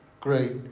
great